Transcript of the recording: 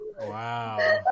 Wow